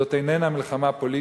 זו איננה מלחמה פוליטית,